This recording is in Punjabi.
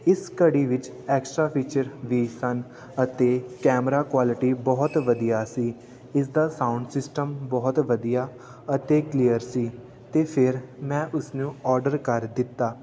ਇਸ ਘੜੀ ਵਿੱਚ ਐਕਸਟਰਾ ਫੀਚਰ ਵੀ ਸਨ ਅਤੇ ਕੈਮਰਾ ਕੁਆਲਿਟੀ ਬਹੁਤ ਵਧੀਆ ਸੀ ਇਸ ਦਾ ਸਾਊਂਡ ਸਿਸਟਮ ਬਹੁਤ ਵਧੀਆ ਅਤੇ ਕਲੀਅਰ ਸੀ ਅਤੇ ਫਿਰ ਮੈਂ ਉਸ ਨੂੰ ਔਡਰ ਕਰ ਦਿੱਤਾ